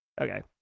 Okay